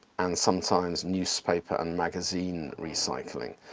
and sometimes newspaper and magazine recycling,